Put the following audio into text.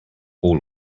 all